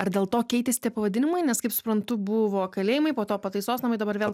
ar dėl to keitėsi tie pavadinimai nes kaip suprantu buvo kalėjimai po to pataisos namai dabar vėl